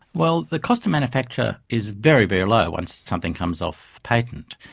well, the cost of manufacture is very, very low once something comes off patent,